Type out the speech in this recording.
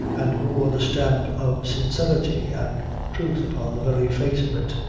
and bore the stamp of sincerity and truth upon the very face of it.